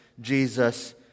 Jesus